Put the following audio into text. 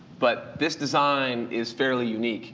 but this design is fairly unique